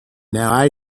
now